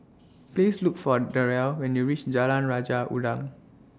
Please Look For Derrell when YOU REACH Jalan Raja Udang